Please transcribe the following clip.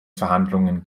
verhandlungen